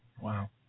Wow